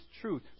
truth